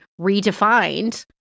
redefined